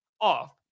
off